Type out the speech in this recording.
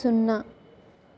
సున్నా